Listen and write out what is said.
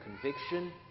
conviction